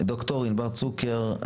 דוקטור ענבל צוקר,